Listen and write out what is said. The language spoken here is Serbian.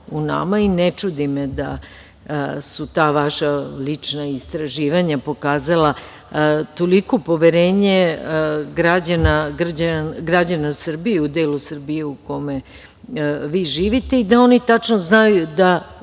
čudi me da su ta vaša lična istraživanja pokazala toliko poverenje građana Srbije u delu Srbije u kome vi živite i da oni tačno znaju